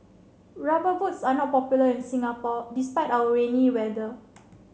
rubber boots are not popular in Singapore despite our rainy weather